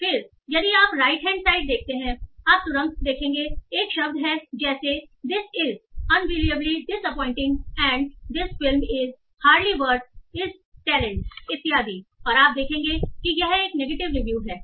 और फिर यदि आप राइट हैंड साइड देखते हैंआप तुरंत देखेंगे एक शब्द है जैसे this is unbelievably disappointing and this film is hardly worth his talents इत्यादि और आप देखेंगे कि यह एक नेगेटिव रिव्यू है